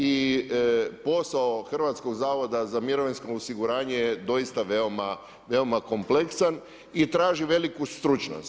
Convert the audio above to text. I posao Hrvatskog zavoda za mirovinsko osiguranje je doista veoma kompleksan i traži veliku stručnost.